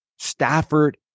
Stafford